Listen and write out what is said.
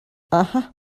aha